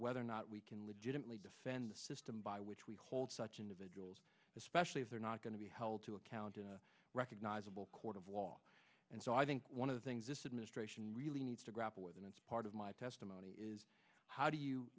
whether or not we can legitimately defend the system by which we hold such individuals especially if they're not going to be held to account in a recognizable court of law and so i think one of the things this administration really needs to grapple with in its part of my testimony is how do you